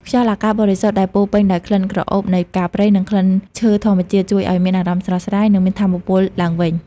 ខ្យល់អាកាសបរិសុទ្ធដែលពោរពេញដោយក្លិនក្រអូបនៃផ្កាព្រៃ និងក្លិនឈើធម្មជាតិ ជួយឲ្យមានអារម្មណ៍ស្រស់ស្រាយ និងមានថាមពលឡើងវិញ។